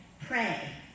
pray